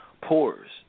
pores